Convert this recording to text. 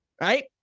right